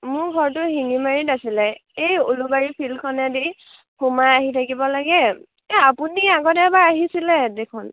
মোৰ ঘৰটো শিঙিমাৰিত আছিলে এই উলুবাৰী ফিল্ডখনেদি সোমাই আহি থাকিব লাগে এ আপুনি আগতে এবাৰ অহিছিলে দেখোন